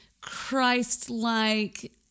Christ-like